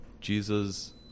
Jesus